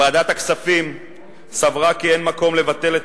ועדת הכספים סברה כי אין מקום לבטל את